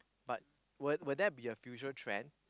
but will will there be a future trend